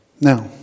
Now